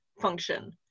function